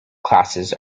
classes